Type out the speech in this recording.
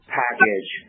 package